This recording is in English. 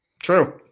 True